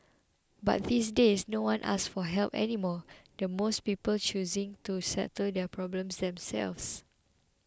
but these days no one asks for help anymore with most people choosing to settle their problems themselves